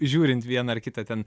žiūrint vieną ar kitą ten